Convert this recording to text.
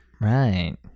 Right